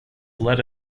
let